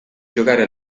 giocare